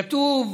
כתוב: